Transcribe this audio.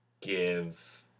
give